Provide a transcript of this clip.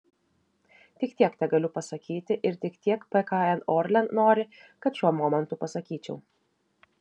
tik tiek tegaliu pasakyti ir tik tiek pkn orlen nori kad šiuo momentu pasakyčiau